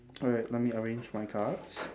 alright let me arrange my cards